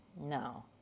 No